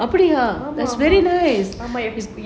ஆமா:aamaa